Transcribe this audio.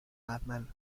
batman